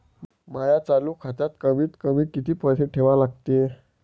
माया चालू खात्यात कमीत कमी किती पैसे ठेवा लागते?